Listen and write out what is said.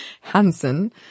Hansen